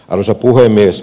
arvoisa puhemies